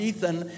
Ethan